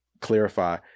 clarify